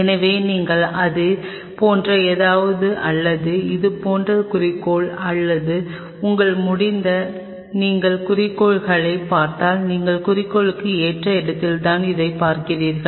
எனவே நீங்கள் இது போன்ற ஏதாவது அல்லது இதுபோன்ற குறிக்கோள் அல்லது உங்களால் முடிந்தால் நீங்கள் குறிக்கோளைப் பார்த்தால் நீங்கள் குறிக்கோளுக்கு ஏற்ற இடத்தில்தான் இதைப் பார்ப்பீர்கள்